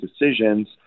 decisions